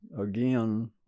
again